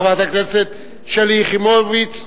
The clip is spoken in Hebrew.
חברת הכנסת שלי יחימוביץ,